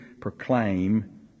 proclaim